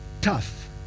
tough